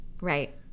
Right